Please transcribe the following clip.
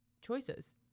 Choices